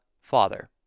Father